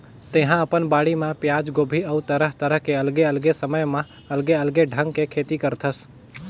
तेहा अपन बाड़ी म पियाज, गोभी अउ तरह तरह के अलगे अलगे समय म अलगे अलगे ढंग के खेती करथस